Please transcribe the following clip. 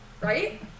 Right